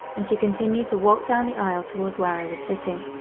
and she continued to walk down the aisle towards where i was sitting.